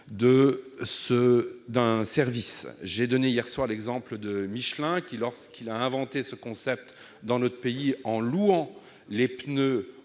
usage, un service. J'ai donné hier soir l'exemple de Michelin : lorsque l'entreprise a inventé ce concept dans notre pays, en louant les pneus